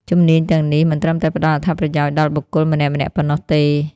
ជំនាញទាំងនេះមិនត្រឹមតែផ្តល់អត្ថប្រយោជន៍ដល់បុគ្គលម្នាក់ៗប៉ុណ្ណោះទេ។